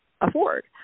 afford